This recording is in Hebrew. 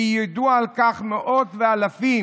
ויעידו על כך מאות ואלפים